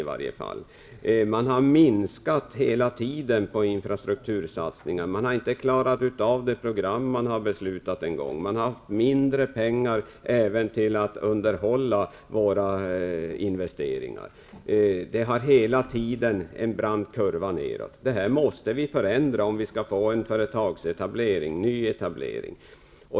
Man har hela tiden minskat på infrastruktursatsningarna. Man har inte ens klarat av det program som man har fattat beslut om. Man har haft mindre pengar även till att underhålla våra investeringar. Det har hela tiden varit en brant kurva nedåt.